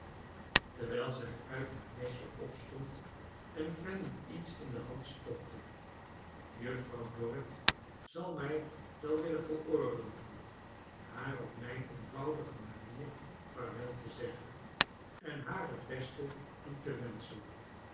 terwijl zij uit haar nestje opstond en fanny iets in de hand stopte juffrouw dorrit zal mij wel willen veroorloven haar op mijn eenvoudige manier vaarwel te zeggen en haar het beste toe te wenschen